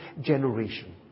generation